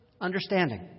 understanding